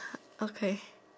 okay